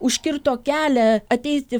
užkirto kelią ateiti